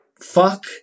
fuck